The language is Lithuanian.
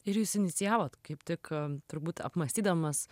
ir jūs inicijavot kaip tik turbūt apmąstydamas